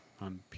on